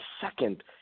second